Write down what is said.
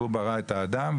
והוא ברא את האדם,